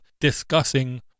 discussing